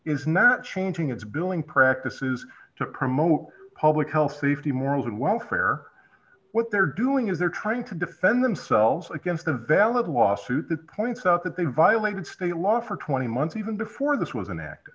is now changing its billing practices to promote public health safety morals and welfare what they're doing is they're trying to defend themselves against a valid lawsuit that points out that they violated state law for twenty months even before this was an act